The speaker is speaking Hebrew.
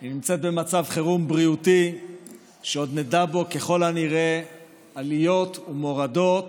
היא נמצאת במצב חירום בריאותי שעוד נדע בו עליות ומורדות,